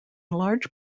large